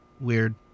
Weird